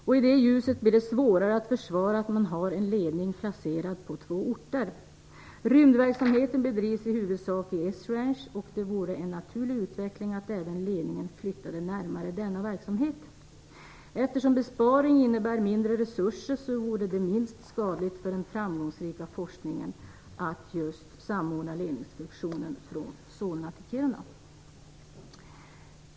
I det ljuset blir det svårare att försvara att man har ledningen placerad på två orter. Rymdverksamheten bedrivs i huvudsak i Esrange, och det vore en naturlig utveckling att även ledningen flyttade närmare denna verksamhet. Eftersom en besparing innebär mindre resurser, vore det minst skadligt för den framgångsrika forskningen att just samordna ledningsfunktionen genom att flytta huvudkontoret från Solna till Kiruna.